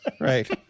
right